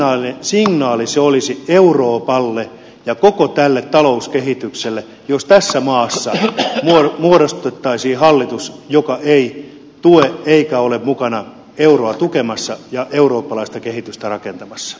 minkälainen signaali se olisi euroopalle ja koko tälle talouskehitykselle jos tässä maassa muodostettaisiin hallitus joka ei tue eikä ole mukana euroa tukemassa ja eurooppalaista kehitystä rakentamassa